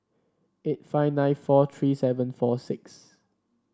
eight five nine four three seven four six